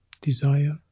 Desire